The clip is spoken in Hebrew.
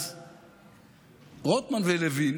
אז רוטמן ולוין